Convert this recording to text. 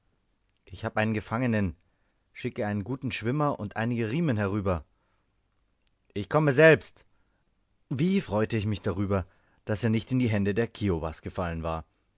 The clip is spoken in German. ich habe einen gefangenen schicke einen guten schwimmer und einige riemen herüber ich komme selbst wie freute ich mich darüber daß er nicht in die hände der kiowas gefallen war